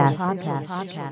podcast